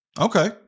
Okay